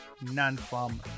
Non-Farm